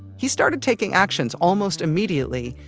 he started taking actions, almost immediately,